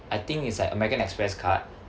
I think is an American Express card